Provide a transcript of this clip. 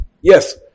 Yes